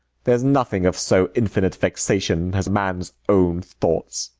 there s nothing of so infinite vexation as man's own thoughts.